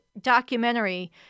documentary